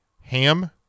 ham